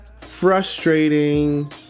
frustrating